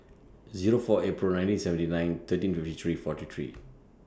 Zero four April nineteen seventy nine thirteen fifty three forty three